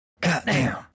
Goddamn